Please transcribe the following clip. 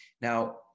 Now